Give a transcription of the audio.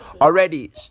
already